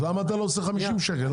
אז למה אתה לא עושה 50 שקל?